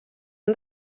han